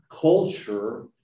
culture